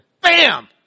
Bam